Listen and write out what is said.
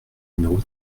numéro